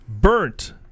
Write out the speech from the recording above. Burnt